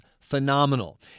phenomenal